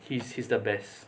he's he's the best